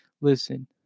listen